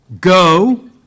Go